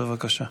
בבקשה.